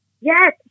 Yes